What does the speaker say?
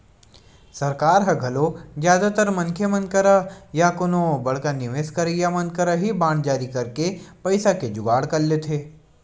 सरकार ह घलो जादातर मनखे मन करा या कोनो बड़का निवेस करइया मन करा ही बांड जारी करके पइसा के जुगाड़ कर लेथे